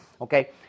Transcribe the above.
Okay